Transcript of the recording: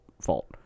fault